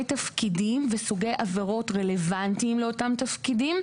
תפקידים וסוגי עבירות רלוונטיות לאותם תפקידים,